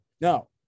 No